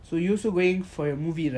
so you also going for your movie right